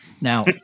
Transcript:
Now